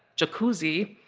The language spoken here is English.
jacuzzi.